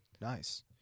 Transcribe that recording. Nice